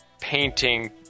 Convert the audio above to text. painting